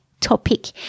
topic